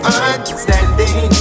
understanding